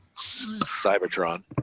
Cybertron